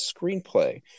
screenplay